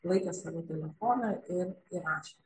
laikė savo telefoną ir įrašė